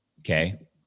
Okay